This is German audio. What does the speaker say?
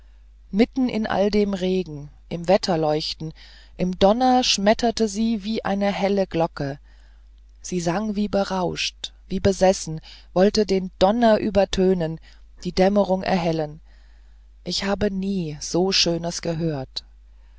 mitten in all dem regen im wetterleuchten im donner schmetterte sie wie eine helle glocke sie sang wie berauscht wie besessen wollte den donner übertönen die dämmerung erhellen ich habe nie so schönes gehört